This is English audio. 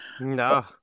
No